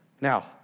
Now